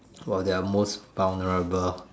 while they're most vulnerable